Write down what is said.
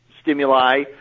stimuli